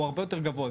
הוא הרבה יותר גבוה.